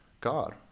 God